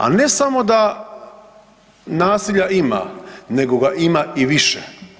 A ne samo da nasilja ima, nego ga ima i više.